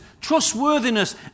trustworthiness